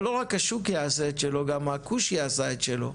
אבל לא רק השוק יעשה את שלו, גם הכושי עשה את שלו.